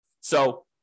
So-